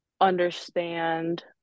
understand